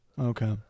Okay